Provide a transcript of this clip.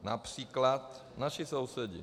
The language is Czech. Například naši sousedi.